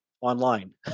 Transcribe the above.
online